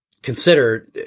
Consider